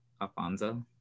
Alfonso